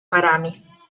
parami